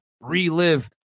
relive